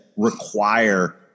require